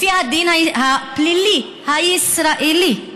לפי הדין הפלילי הישראלי,